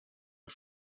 the